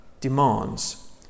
demands